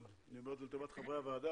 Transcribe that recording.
אני אומר את זה לטובת חברי הוועדה,